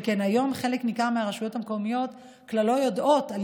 שכן היום חלק ניכר מהרשויות המקומיות כלל לא יודעות על